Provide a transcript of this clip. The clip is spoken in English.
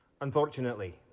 Unfortunately